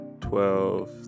twelve